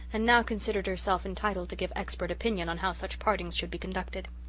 and now considered herself entitled to give expert opinion on how such partings should be conducted.